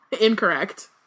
incorrect